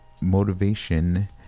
motivation